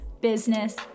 business